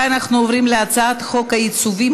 אנחנו עוברים להצעת חוק העיצובים,